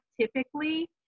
typically